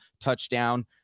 touchdown